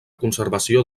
conservació